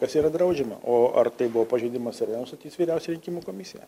kas yra draudžiama o ar tai buvo pažeidimas ar ne nustatys vyriausioji rinkimų komisija